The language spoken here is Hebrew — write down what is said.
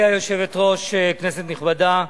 גברתי היושבת-ראש, כנסת נכבדה,